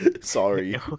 sorry